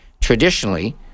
Traditionally